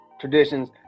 traditions